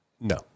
no